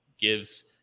gives